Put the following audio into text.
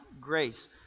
grace